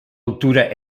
altura